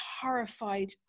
horrified